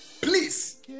Please